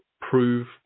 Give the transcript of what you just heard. prove